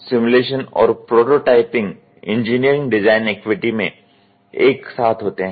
simulation और prototyping engineering design activity में एक साथ होते हैं